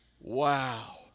Wow